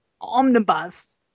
omnibus